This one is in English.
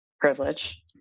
privilege